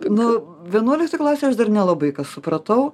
nu vienuoliktoj klasėj aš dar nelabai ką supratau